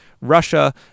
Russia